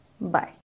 bye